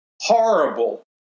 Horrible